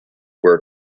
were